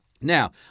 Now